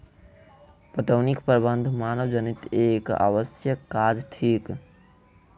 पटौनीक प्रबंध मानवजनीत एक आवश्यक काज थिक